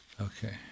Okay